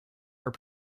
are